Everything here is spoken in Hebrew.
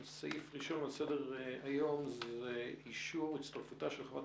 הסעיף הראשון שעל סדר-היום הוא אישור הצטרפותה של חברת